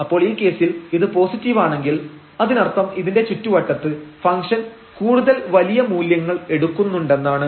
അപ്പോൾ ഈ കേസിൽ ഇത് പോസിറ്റീവാണെങ്കിൽ അതിനർത്ഥം ഇതിന്റെ ചുറ്റുവട്ടത്ത് ഫംഗ്ഷൻ കൂടുതൽ വലിയ മൂല്യങ്ങൾ എടുക്കുന്നുണ്ടെന്നാണ്